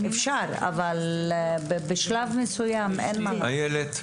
אפשר אבל בשלב מסוים אין --- איילת,